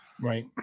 Right